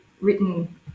written